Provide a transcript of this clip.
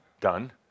Done